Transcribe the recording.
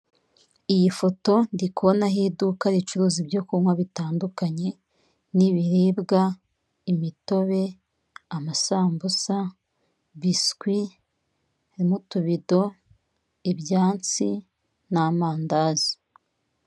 Iyi foto ndi kubonaho iduka ricuruza ibyo kunywa bitandukanye n'ibiribwa, imitobe, amasambusa, biswi, harimo utubido, ibyansi n'amandazi.